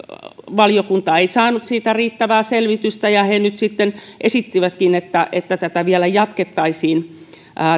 valiokunta ei saanut siitä riittävää selvitystä ja he nyt sitten esittivätkin että että tätä selvittämistä vielä jatkettaisiin